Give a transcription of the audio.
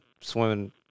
swimming